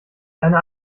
einer